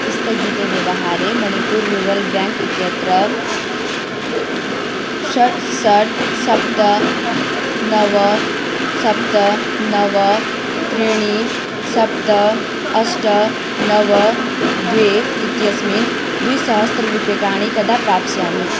स्थगिते व्यवहारे Manipur rural bank इत्यत्र षट् षट् सप्त नव सप्त नव त्रीणि सप्त अष्ट नव द्वे इत्यस्मिन् द्विसहस्ररूप्यकाणि कदा प्राप्स्यामि